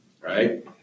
right